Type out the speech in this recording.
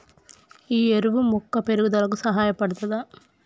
ఈ ఎరువు మొక్క పెరుగుదలకు సహాయపడుతదా?